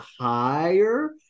higher